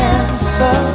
answer